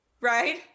right